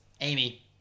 Amy